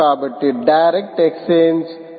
కాబట్టి direct exchange ఉంధి